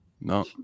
no